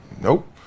Nope